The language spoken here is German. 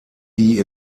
die